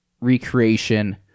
recreation